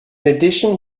addition